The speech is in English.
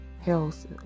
Health